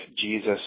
Jesus